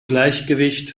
gleichgewicht